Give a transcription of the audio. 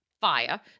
fire